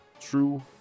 True